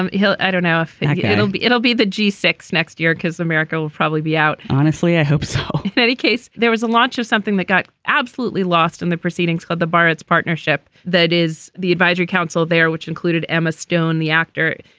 um hill i don't know if yeah yeah it'll be it'll be the g six next year because america america will probably be out. honestly i hope so. in any case there was a launch of something that got absolutely lost in the proceedings of the brits partnership. that is the advisory council there which included emma stone the actor